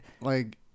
Like-